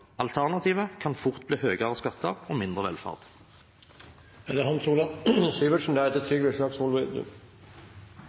Alternativet kan fort bli høyere skatter og mindre velferd.